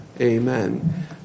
Amen